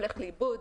הולך לאיבוד.